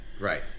Right